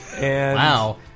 Wow